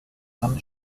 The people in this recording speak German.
dann